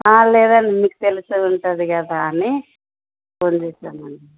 లేదండి మీకు తెలిసే ఉంటుంది కదా అని ఫోన్ చేశాం అండి